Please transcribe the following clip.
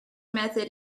method